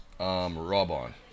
Robon